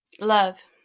Love